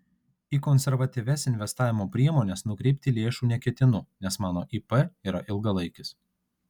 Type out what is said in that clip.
į konservatyvias investavimo priemones nukreipti lėšų neketinu nes mano ip yra ilgalaikis